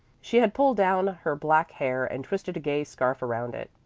she had pulled down her black hair and twisted a gay scarf around it.